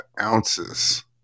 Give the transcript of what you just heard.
ounces